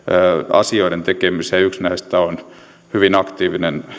asioiden tekemiseen yksi näistä on hyvin aktiivinen